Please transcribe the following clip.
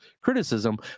criticism